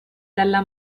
dalla